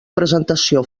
presentació